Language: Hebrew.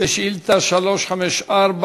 שאילתה 354: